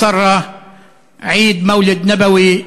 ציטוט מהבשורה על-פי לוקס,